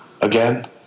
again